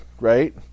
right